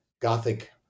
Gothic